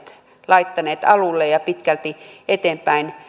laittaneet alulle ja pitkälti eteenpäin